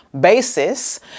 basis